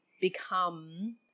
become